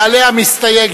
יעלה המסתייג,